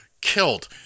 killed